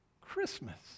Christmas